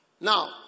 Now